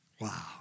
Wow